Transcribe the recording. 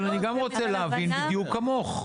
אבל אני גם רוצה להבין בדיוק כמוך.